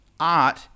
Art